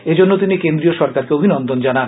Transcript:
এজন্য তিনি কেন্দ্রীয় সরকারকে অভিনন্দন জানান